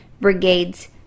brigades